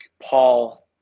paul